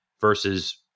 versus